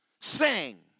Sing